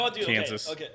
Kansas